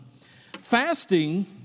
Fasting